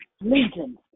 Legion